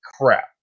crap